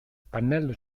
pannello